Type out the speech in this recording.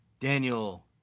Daniel